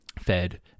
fed